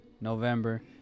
November